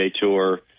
Tour